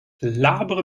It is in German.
labere